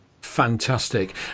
Fantastic